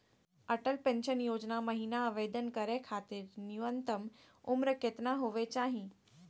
Atal pension योजना महिना आवेदन करै खातिर न्युनतम उम्र केतना होवे चाही?